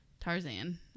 Tarzan